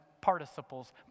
participles